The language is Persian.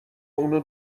اونو